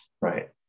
right